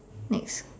next